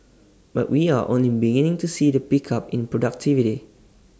but we are only beginning to see the pickup in productivity